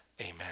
amen